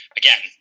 again